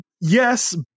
Yes